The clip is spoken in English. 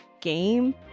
game